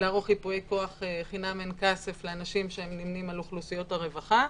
לערוך ייפויי כוח חינם אין כסף לאנשים שנמנים על אוכלוסיות הרווחה,